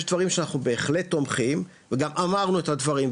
יש דברים שאנחנו בהחלט תומכים וגם אמרנו את הדברים,